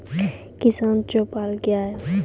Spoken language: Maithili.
किसान चौपाल क्या हैं?